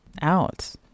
out